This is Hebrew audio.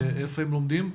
ואיפה הם לומדים?